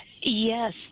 Yes